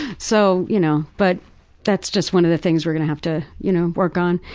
so you know. but that's just one of the things we're going to have to, you know, work on.